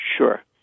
Sure